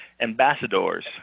ambassadors